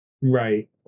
Right